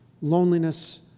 Loneliness